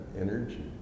energy